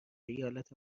ایالت